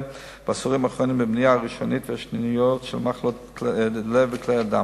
בעשורים האחרונים במניעה הראשונית והשניונית של מחלות לב וכלי דם.